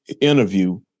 interview